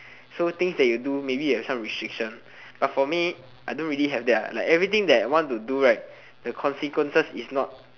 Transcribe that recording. so things that you do maybe you have some restrictions but for me maybe I don't really have that lah like everything that I want to do right the consequences is not